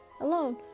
alone